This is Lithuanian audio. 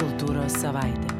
kultūros savaitė